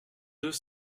deux